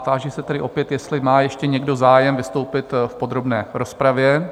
Táži se tedy opět, jestli má ještě někdo zájem vystoupit v podrobné rozpravě?